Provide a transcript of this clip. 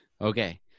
Okay